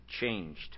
changed